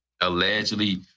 allegedly